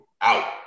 Out